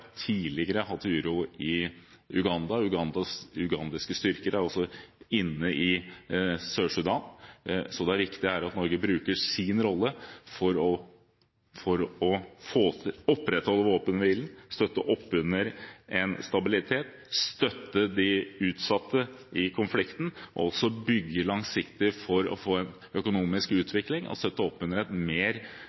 tidligere vært uro i Uganda, og ugandiske styrker er også inne i Sør-Sudan, så det er viktig her at Norge bruker sin rolle for å opprettholde våpenhvilen, støtte opp under en stabilitet, støtte de utsatte i konflikten og bygge langsiktig for å få en økonomisk utvikling og støtte opp under et mer